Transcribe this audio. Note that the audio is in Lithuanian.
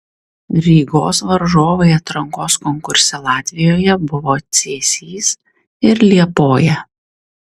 rygos varžovai atrankos konkurse latvijoje buvo cėsys ir liepoja